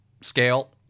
scale